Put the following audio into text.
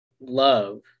love